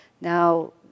now